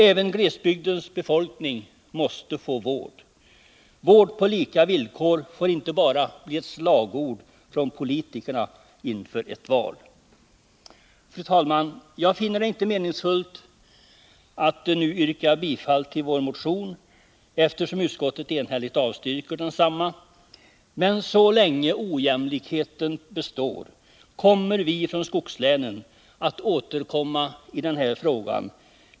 Även glesbygdens befolkning måste få vård. Vård på lika villkor får inte bli bara ett slagord från politikerna inför ett val. Fru talman! Jag finner det inte meningsfullt att nu yrka bifall till vår motion, eftersom utskottet enhälligt avstyrker densamma, men så länge ojämlikheten består kommer vi från skogslänen att återkomma i den här frågan.